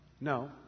No